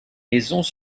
maisons